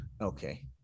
Okay